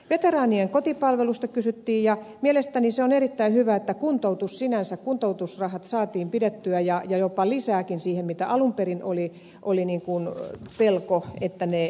veteraanien kotipalvelusta kysyttiin ja mielestäni se on erittäin hyvä että kuntoutus sinänsä kuntoutusrahat saatiin pidettyä ja jopa lisääkin niihin kun alun perin oli pelko että ne putoavat